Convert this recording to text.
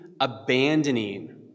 abandoning